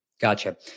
Gotcha